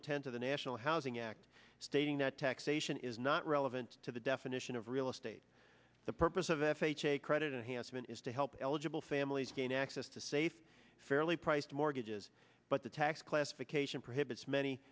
intent of the national housing act stating that taxation is not relevant to the definition of real estate the purpose of f h a credit handsome is to help eligible families gain access to safe fairly priced mortgages but the tax classification prohibits many